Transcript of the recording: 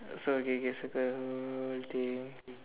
so okay k circle whole thing